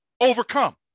overcome